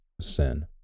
sin